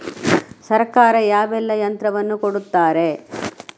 ಸರ್ಕಾರ ಯಾವೆಲ್ಲಾ ಯಂತ್ರವನ್ನು ಕೊಡುತ್ತಾರೆ?